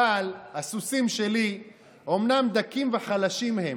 הסוסים שלי אומנם דקים וחלשים הם,